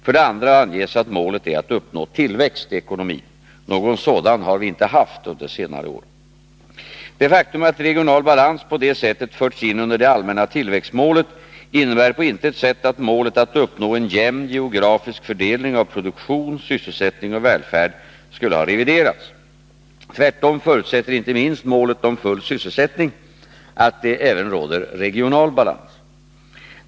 För det andra anges att målet är att uppnå tillväxt i ekonomin. Någon sådan har vi inte haft under senare år. Det faktum att regional balans på detta sätt förts in under det allmänna tillväxtmålet innebär på intet sätt att målet att uppnå en jämn geografisk fördelning av produktion, sysselsättning och välfärd skulle ha reviderats. Tvärtom förutsätter inte minst målet full sysselsättning att det även råder regional balans.